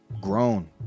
grown